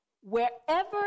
wherever